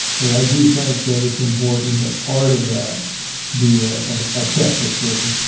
but i do think that it's important that part of that be a ah check that's written.